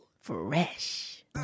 Fresh